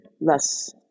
less